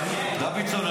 דוידסון,